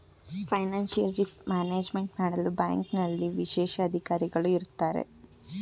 financial risk management ಮಾಡಲು ಬ್ಯಾಂಕ್ನಲ್ಲಿ ವಿಶೇಷ ಅಧಿಕಾರಿಗಳು ಇರತ್ತಾರೆ